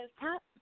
top